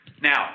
Now